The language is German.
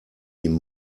ihm